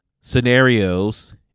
scenarios